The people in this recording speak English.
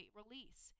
release